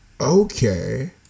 Okay